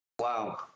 Wow